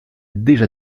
déjà